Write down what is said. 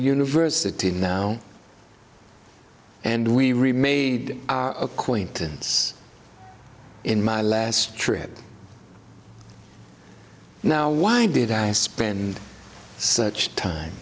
university now and we re made acquaintance in my last trip now why did i spend such time